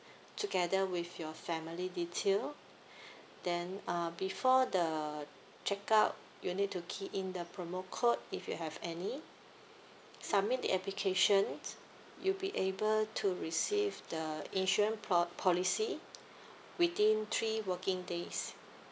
together with your family detail then uh before the check out you need to key in the promo code if you have any submit applications you'll be able to receive the insurance policy within three working days